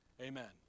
amen